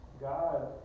God